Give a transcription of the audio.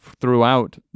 throughout